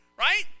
right